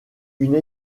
une